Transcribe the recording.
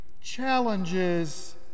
challenges